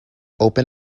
open